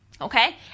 okay